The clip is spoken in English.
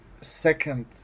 second